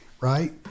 right